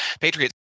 Patriots